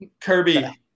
Kirby